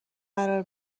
قرار